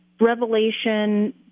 Revelation